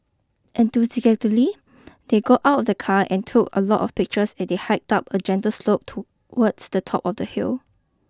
enthusiastically they got out the car and took a lot of pictures as they hiked up a gentle slope towards the top of the hill